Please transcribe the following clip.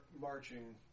marching